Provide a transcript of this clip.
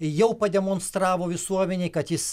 jau pademonstravo visuomenei kad jis